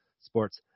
sports